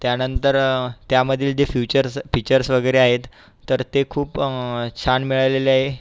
त्यानंतर त्यामधील जे फ्यूचर्स फीचर्स वगैरे आहेत तर ते खूप छान मिळालेलं आहे